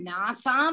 Nasa